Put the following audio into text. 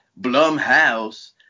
Blumhouse